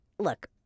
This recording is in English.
Look